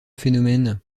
phénomène